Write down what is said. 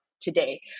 today